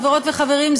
חברות וחברים,